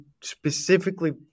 specifically